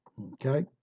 Okay